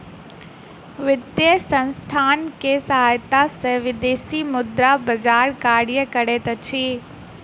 वित्तीय संसथान के सहायता सॅ विदेशी मुद्रा बजार कार्य करैत अछि